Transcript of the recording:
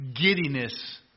giddiness